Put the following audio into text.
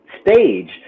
stage